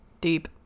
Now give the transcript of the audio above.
Deep